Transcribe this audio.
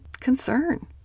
concern